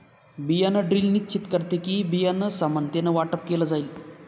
बियाण ड्रिल निश्चित करते कि, बियाणं समानतेने वाटप केलं जाईल